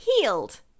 healed